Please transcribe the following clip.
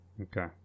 Okay